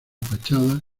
fachada